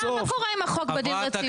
מה קורה עם החוק בדין רציפות?